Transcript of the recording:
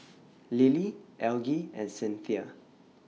Lily Algie and Cinthia